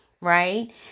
right